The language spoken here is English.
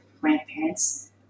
grandparents